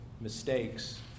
mistakes